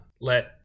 Let